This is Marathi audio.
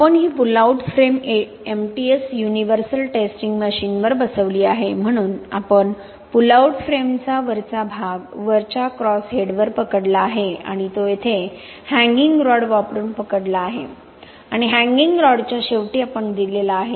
आपण ही pull out frame MTS universal testing मशीनवर बसवली आहे म्हणून आपण पुल आउट फ्रेमचा वरचा भाग वरच्या क्रॉस हेडवर पकडला आहे आणि तो येथे हँगिंग रॉड वापरून पकडला आहे आणि हँगिंग रॉडच्या शेवटी आपण दिलेला आहे